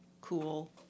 cool